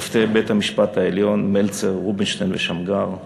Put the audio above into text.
שופטי בית-המשפט העליון מלצר, רובינשטיין ושמגר,